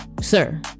sir